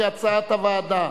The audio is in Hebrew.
כהצעת הוועדה.